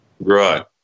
Right